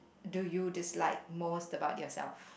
do you dislike most about yourself